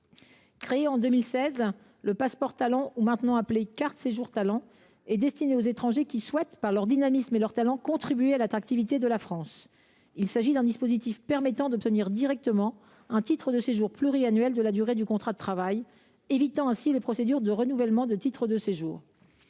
Créé en 2016, le passeport « talent », maintenant appelé « carte de séjour talent », est destiné aux étrangers qui souhaitent, par leur dynamisme et leur talent, contribuer à l’attractivité de la France. Il s’agit d’un dispositif permettant d’obtenir directement un titre de séjour pluriannuel de la durée du contrat de travail, évitant ainsi les procédures de renouvellement de titre de séjour.